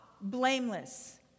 blameless